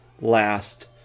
last